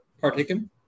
partaken